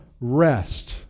rest